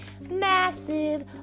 Massive